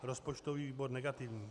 Rozpočtový výbor negativní.